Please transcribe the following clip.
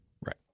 Right